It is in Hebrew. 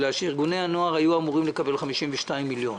כי ארגוני הנוער היו אמורים לקבל 52 מיליון.